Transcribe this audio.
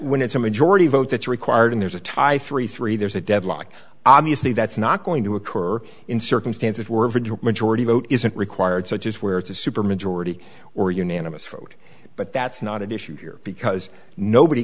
when it's a majority vote that's required and there's a tie three three there's a deadlock obviously that's not going to occur in circumstances were majority vote isn't required such as where it's a supermajority or unanimous vote but that's not at issue here because nobody